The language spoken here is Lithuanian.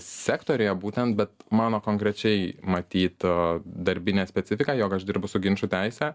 sektoriuje būtent bet mano konkrečiai matytų darbinę specifiką jog aš dirbu su ginčų teise